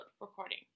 recording